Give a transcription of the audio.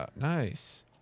Nice